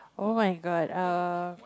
oh-my-god uh